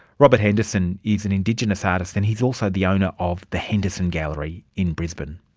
robert henderson is an indigenous artist, and he's also the owner of the henderson gallery in brisbane.